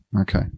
Okay